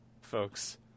folks